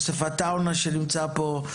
יוסף עטאונה שנמצא פה.